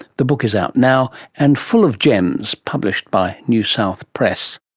the book is out now and full of gems, published by newsouth press